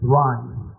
rise